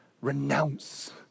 renounce